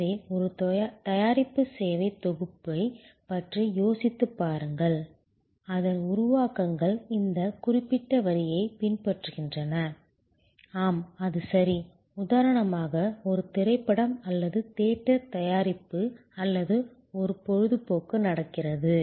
எனவே ஒரு தயாரிப்பு சேவைத் தொகுப்பைப் பற்றி யோசித்துப் பாருங்கள் அதன் உருவாக்கங்கள் இந்த குறிப்பிட்ட வரியைப் பின்பற்றுகின்றன ஆம் அது சரி உதாரணமாக ஒரு திரைப்படம் அல்லது தியேட்டர் தயாரிப்பு அல்லது ஒரு பொழுதுபோக்கு நடக்கிறது